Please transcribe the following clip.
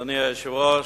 אדוני היושב-ראש,